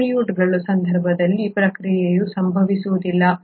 ಪ್ರೊಕಾರ್ಯೋಟ್ಗಳ ಸಂದರ್ಭದಲ್ಲಿ ಪ್ರಕ್ರಿಯೆಯು ಸಂಭವಿಸುವುದಿಲ್ಲ